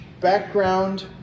background